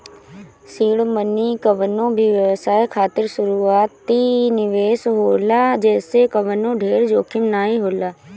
seed money कवनो भी व्यवसाय खातिर शुरूआती निवेश होला जेसे कवनो ढेर जोखिम नाइ होला